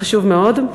חשוב מאוד.